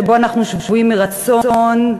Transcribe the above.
שבו אנחנו שבויים מרצון,